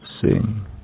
sing